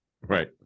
right